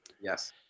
Yes